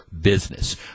business